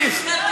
לא.